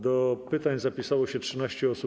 Do pytań zapisało się 13 osób.